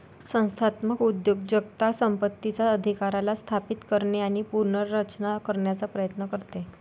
संस्थात्मक उद्योजकता संपत्तीचा अधिकाराला स्थापित करणे आणि पुनर्रचना करण्याचा प्रयत्न करते